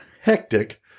hectic